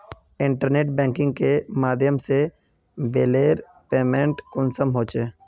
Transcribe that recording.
Internet banking के माध्यम से बिलेर पेमेंट कुंसम होचे?